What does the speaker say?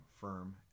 firm